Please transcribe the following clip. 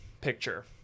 picture